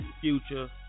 Future